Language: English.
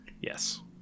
Yes